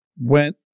went